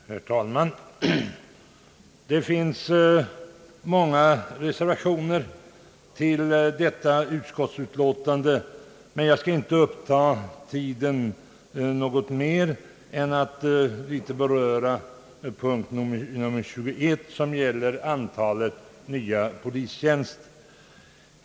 Herr talman! Det finns många reservationer fogade till detta utskottsutlåtande, men jag skall endast uppta tiden med att något beröra punkten 21, som gäller antalet nya polistjänster.